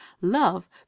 love